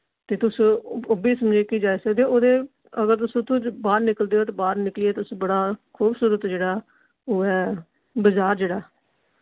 ते तुस ओ ओह् बी इक जाई सकदे ओ उदे अगर तुस उत्थोआं बाह्र निकलदे ओ ते बाह्र निकलियै तुस बड़ा खूबसूरत जेह्ड़ा ओह् ऐ बजार जेह्ड़ा